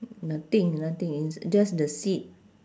nothing nothing it's just the seat